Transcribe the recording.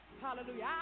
Hallelujah